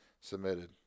submitted